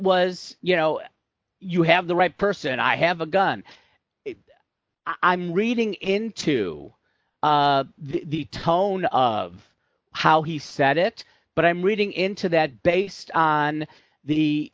was you know you have the right person i have a gun i'm reading into the tone of how he said it but i'm reading into that based on